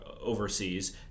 overseas